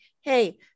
hey